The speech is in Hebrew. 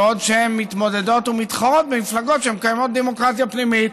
בעוד שהן מתמודדות ומתחרות במפלגות שמקיימות דמוקרטיה פנימית.